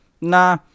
nah